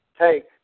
take